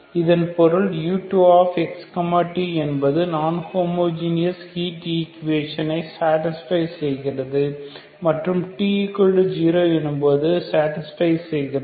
இதன் பொருள் u2x t என்பது நான் ஹோமோஜீனஸ் ஹீட் ஈக்குவேஷனை சாடிஸ்பை செய்கிறது மற்றும் t0 எனும்போதும் சாடிஸ்பை செய்கிறது